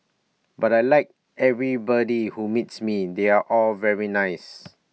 but I Like everybody who meets me they're all very nice